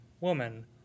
woman